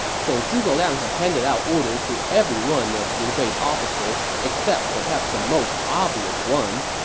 so zhuge liang had handed out orders to every one of liu bei's officers except perhaps the most obvious one.